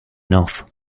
north